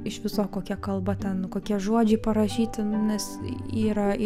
iš viso kokia kalba ten kokie žodžiai parašyti nes yra